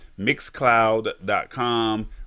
Mixcloud.com